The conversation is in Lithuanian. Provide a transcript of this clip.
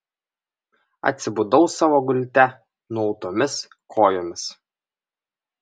atsibudau savo gulte nuautomis kojomis